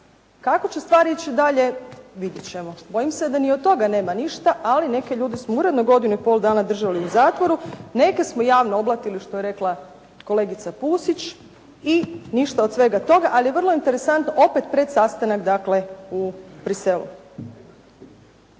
kako će stvar ići dalje, vidjeti ćemo. Bojim se da ni od toga nema ništa, ali neke ljude su uredno godinu i pol dana držali u zatvoru, neke smo javno oblatili, što je rekla kolegica Pusić i ništa od svega toga, ali je vrlo interesantno opet pred sastanak, dakle u